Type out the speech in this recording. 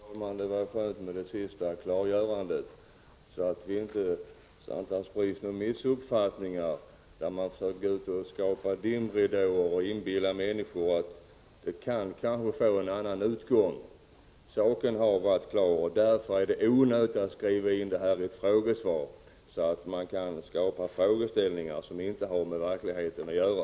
Fru talman! Det var skönt att få det sista klarläggandet, så att det inte sprids några missuppfattningar och så att man inte försöker skapa dimridåer och inbilla människor att det kanske kan bli en annan utgång. Saken har alltså varit klar, och därför var det onödigt att i ett frågesvar skriva in sådant som kan skapa föreställningar som inte har med verkligheten att göra.